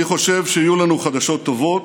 אני חושב שיהיו לנו חדשות טובות,